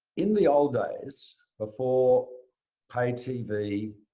in the old days before pay tv,